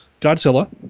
Godzilla